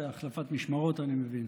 זו החלפת משמרות, אני מבין.